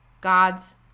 God's